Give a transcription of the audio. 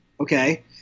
Okay